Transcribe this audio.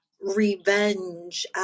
revenge